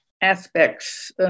aspects